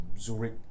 Zurich